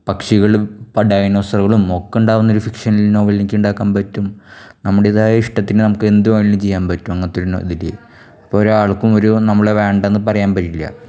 പക്ഷികൾ ഇപ്പോൾ ഡയിനോസറുകളും ഒക്കെ ഉണ്ടാകുന്ന ഒരു ഫിക്ഷൻ നോവലെനിക്ക് ഉണ്ടാക്കാൻ പറ്റും നമ്മുടെതായ ഇഷ്ട്ടത്തിന് നമുക്കെന്തു വേണേലും ചെയ്യാൻ പറ്റും അങ്ങനത്തെ ഒരു ഇതിൽ ഇപ്പോൾ ഓരൾക്കും ഒരു നമ്മളെ വേണ്ടാന്ന് പറയാൻ പറ്റില്ല